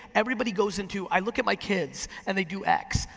everybody goes into i look at my kids and they do x.